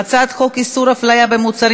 ההצעה להעביר את הצעת חוק איסור הפליה במוצרים,